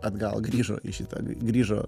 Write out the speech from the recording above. atgal grįžo į šitą grįžo